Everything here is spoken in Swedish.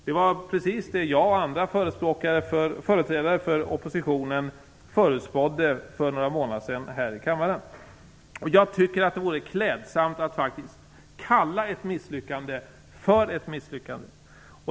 Det var precis det som jag och andra företrädare för oppositionen förutspådde för några månader sedan här i kammaren. Jag tycker faktiskt att det vore klädsamt att kalla ett misslyckande för ett misslyckande.